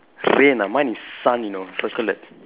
rain ah mine is sun you know circle that